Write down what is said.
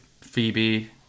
phoebe